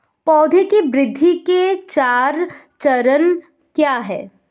पौधे की वृद्धि के चार चरण क्या हैं?